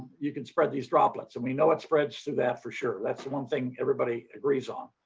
you can spread these droplets and we know it's spreads through that for sure. that's the one thing everybody agrees on.